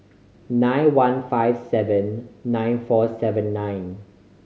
nine one five seven nine four seven nine